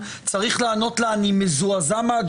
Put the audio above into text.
לא בדברים שלא כתובים בהוראה מפורשת.